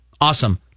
awesome